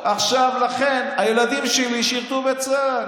הילדים שלי שירתו בצה"ל.